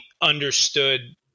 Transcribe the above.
understood